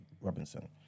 Robinson